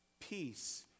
peace